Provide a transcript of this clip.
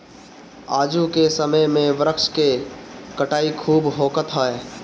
आजू के समय में वृक्ष के कटाई खूब होखत हअ